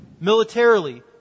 Militarily